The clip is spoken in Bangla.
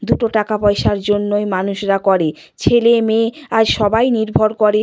দুটো টাকা পয়সার জন্যই মানুষরা করে ছেলে মেয়ে আজ সবাই নির্ভর করে